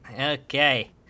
Okay